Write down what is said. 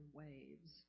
waves